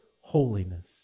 holiness